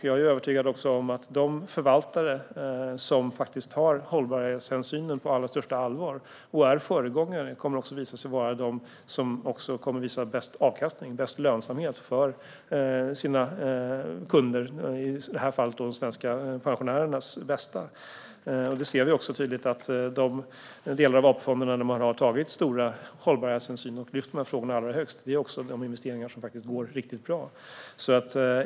Jag är övertygad om att de förvaltare som tar hållbarhetshänsyn på allra största allvar, och som är föregångare, kommer att visa sig vara de som uppvisar bäst avkastning och lönsamhet för sina kunder, i det här fallet de svenska pensionärerna. Vi ser tydligt att de delar av AP-fonderna där man har tagit stor hållbarhetshänsyn och lyft upp dessa frågor högst också har investeringar som går riktigt bra.